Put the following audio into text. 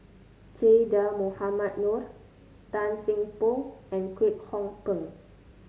Che Dah Mohamed Noor Tan Seng Poh and Kwek Hong Png